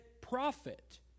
profit